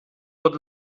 tot